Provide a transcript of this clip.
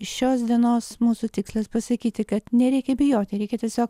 šios dienos mūsų tikslas pasakyti kad nereikia bijoti reikia tiesiog